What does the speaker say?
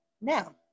now